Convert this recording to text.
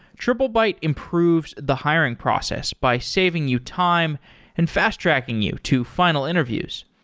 triplebyte improves the hiring process by saving you time and fast-tracking you to final interviews.